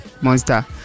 Monster